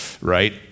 right